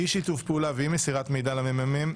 אי שיתוף פעולה ואי מסירת מידע למ.מ.מ